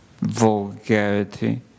Vulgarity